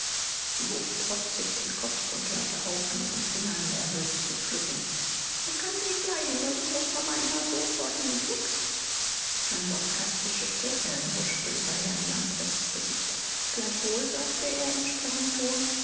sie hob trotzig den kopf und hörte auf an ihren fingern nervös zu pflücken ich kann sie nicht leiden weil die großmama immer so vor ihnen knickst ein sarkastisches lächeln huschte über herrn lamprechts gesicht gleichwohl sagte er in strengem ton